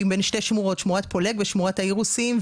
בין שתי שמורות שמורת פולג ושמורת האירוסים,